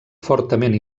fortament